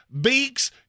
beaks